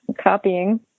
Copying